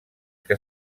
que